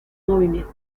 movimiento